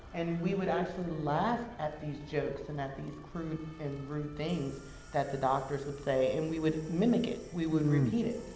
and we would actually laugh at these jokes and at these crude and rude things that the doctors would say, and we would mimic it. we would repeat it.